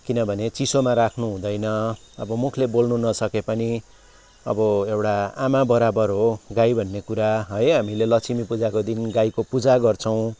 किनभने चिसोमा राख्नु हुँदैन अब मुखले बोल्नु नसके पनि अब एउटा आमा बराबर हो गाई भन्ने कुरा है हामीले लक्ष्मी पूजाको दिन गाई पूजा गर्छौँ